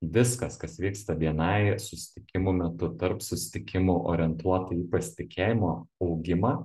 viskas kas vyksta bni susitikimų metu tarp susitikimų orientuota į pasitikėjimo augimą